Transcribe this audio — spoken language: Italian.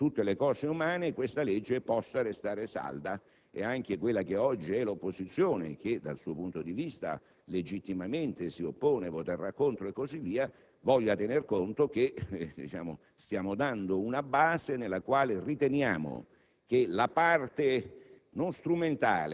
ripeto, perfettibile e migliorabile come tutte le cose umane - questa legge possa restare salda. E ci auguriamo che anche quella che oggi è l'opposizione - che dal suo punto di vista legittimamente si oppone, voterà contro, e così via - voglia tener conto che stiamo dando una base nella quale riteniamo